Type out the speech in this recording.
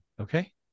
Okay